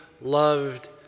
loved